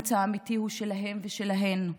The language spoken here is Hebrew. האומץ האמיתי הוא שלהם ושלהן.